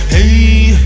Hey